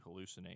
hallucinate